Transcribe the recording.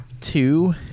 Two